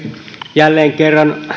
jälleen kerran